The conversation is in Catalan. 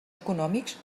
econòmics